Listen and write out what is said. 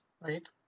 right